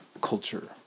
culture